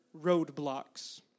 roadblocks